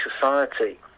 society